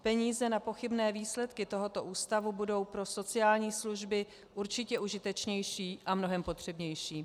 Peníze na pochybné výsledky tohoto ústavu budou pro sociální služby určitě užitečnější a mnohem potřebnější.